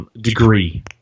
degree